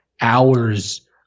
hours